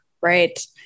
Right